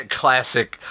classic